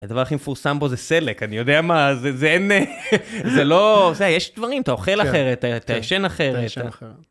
הדבר הכי מפורסם בו זה סלק, אני יודע מה, זה אין, זה לא... זה יש דברים, אתה אוכל אחרת, אתה ישן אחרת, אתה...